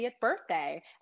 birthday